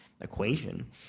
Equation